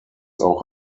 auch